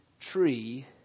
tree